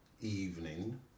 evening